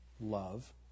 Love